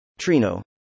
Trino